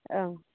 ओं